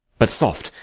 but, soft,